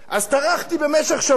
אז טרחתי במשך שבוע,